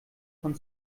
von